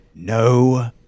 No